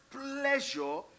pleasure